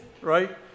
right